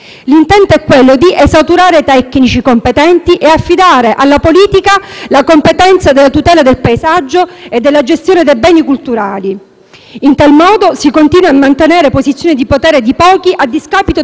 competenti ed affidare alla politica la competenza della tutela del paesaggio e della gestione dei beni culturali. In tal modo, si continuano a mantenere posizioni di potere di pochi a discapito della collettività. Vengo ai fatti.